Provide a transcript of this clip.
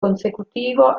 consecutivo